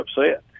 upset